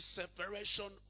separation